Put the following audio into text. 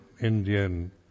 Indian